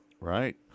Right